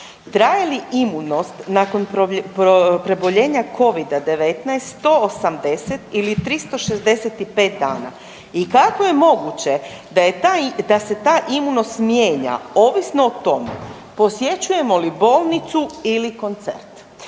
Traje li imunost nakon preboljenja Covida-19 180 ili 365 dana i kako je moguće da je ta, da se ta imunost mijenja, ovisno o tome posjećujemo li bolnicu ili koncert?